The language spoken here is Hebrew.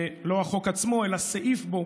לא החוק עצמו אלא סעיף בו,